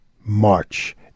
March